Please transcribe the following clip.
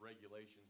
regulations